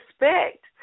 respect